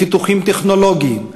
לפיתוחים טכנולוגיים,